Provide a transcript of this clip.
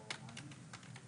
נמצאת.